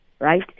right